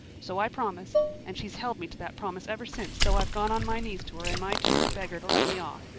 so i promised. and she's held me to that promise ever since, though i've gone on my knees to her in my turn to beg her to let me off.